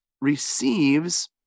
receives